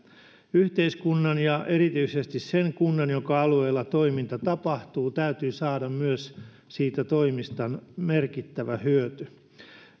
yhteiskunnan ja erityisesti sen kunnan jonka alueella toiminta tapahtuu täytyy saada myös siitä toiminnasta merkittävä hyöty